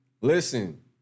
Listen